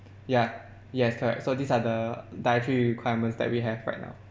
ya yes correct so these are the dietary requirements that we have right now